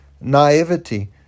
naivety